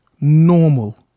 normal